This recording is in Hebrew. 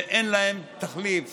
ואין להן תחליף